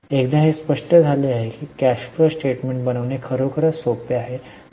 एकदा हे स्पष्ट झाले की कॅश फ्लोस्टेटमेन्ट बनविणे खरोखर सोपे आहे